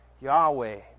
Yahweh